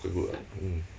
so good [what] mm